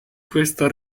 questa